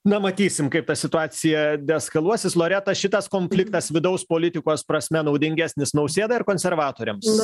na matysim kaip ta situacija deeskaluosis loreta šitas konfliktas vidaus politikos prasme naudingesnis nausėdai ar konservatoriams